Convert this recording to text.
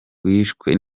wishwe